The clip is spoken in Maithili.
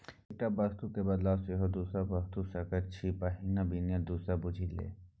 एकटा वस्तुक क बदला सेहो दोसर वस्तु लए सकैत छी पहिने विनिमय दर बुझि ले